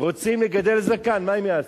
רוצים לגדל זקן, מה הם יעשו?